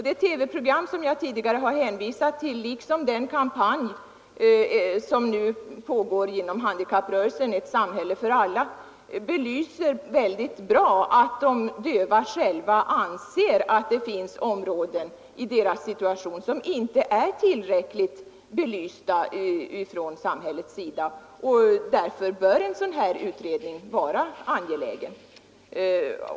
Det TV-program som jag tidigare har hänvisat till liksom den kampanj som nu pågår genom handikapprörelsen — Ett samhälle för alla — åskådliggör väldigt bra att de döva själva anser att vissa delar av deras situation inte är tillräckligt belysta från samhällets sida. Därför bör en sådan utredning vara angelägen.